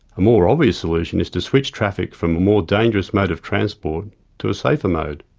a more obvious solution is to switch traffic from a more dangerous mode of transport to a safer mode.